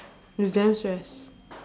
it's damn stress